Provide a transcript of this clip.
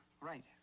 right